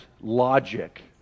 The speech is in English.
logic